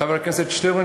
חבר הכנסת שטרן,